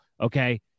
Okay